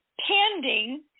pending